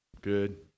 Good